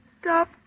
Stop